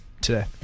today